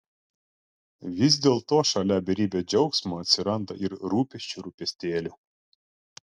vis dėlto šalia beribio džiaugsmo atsiranda ir rūpesčių rūpestėlių